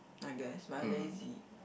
I guess but I'm lazy